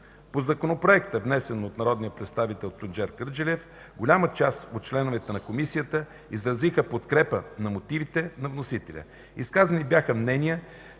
По Законопроекта, внесен от народния представител Тунчер Кърджалиев, голяма част от членовете на Комисията изразиха подкрепа на мотивите на вносителя. Изказани бяха мнения,